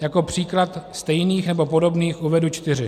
Jako příklad stejných nebo podobných uvedu čtyři.